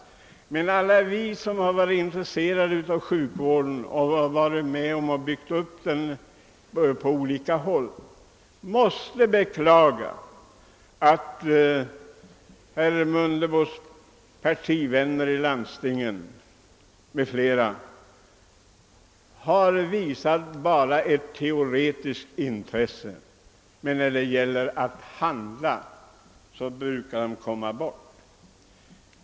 Alla vi som på olika håll har varit med om att bygga upp sjukvården måste beklaga att herr Mundebos partivänner i landstingen bara har visat ett teoretiskt intresse och brukar vara borta ur sammanhanget när det blir fråga om att handla.